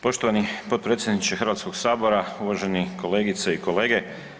Poštovani potpredsjedniče Hrvatskoga sabora, uvažene kolegice i kolege.